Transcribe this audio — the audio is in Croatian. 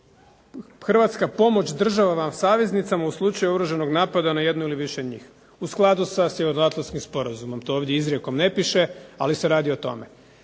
hrvatska pomoć državama saveznicama u slučaju oružanog napada na jednu ili više njih, u skladu sa Sjevernoatlantskim sporazumom. To ovdje izrijekom ne piše, ali se radi o tome.